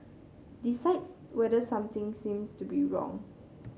decides whether something seems to be wrong